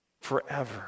forever